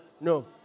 no